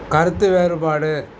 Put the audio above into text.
கருத்துவேறுபாடு